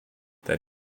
that